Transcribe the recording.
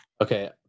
Okay